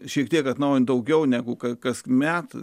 šiek tiek atnaujinti daugiau negu kasmet